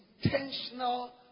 intentional